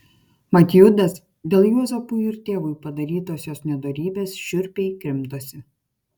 mat judas dėl juozapui ir tėvui padarytosios nedorybės šiurpiai krimtosi